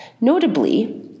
Notably